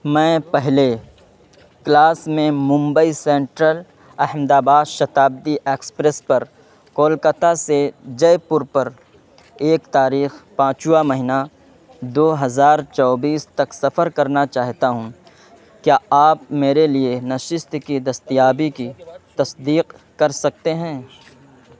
میں پہلے کلاس میں Mumbai central Ahmedabad Shatabdi express پر کلکتہ سے جے پور پر ایک تاریخ پانچواں مہینہ دو ہزار چوبیس تک سفر کرنا چاہتا ہوں کیا آپ میرے لیے نششت کی دستیابی کی تصدیق کر سکتے ہیں